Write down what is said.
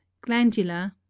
glandular